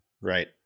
right